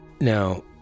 Now